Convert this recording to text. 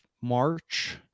March